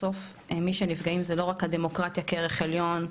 בסוף מי שנפגעים זה לא רק הדמוקרטיה כערך עליון,